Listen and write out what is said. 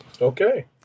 Okay